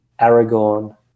Aragorn